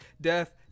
Death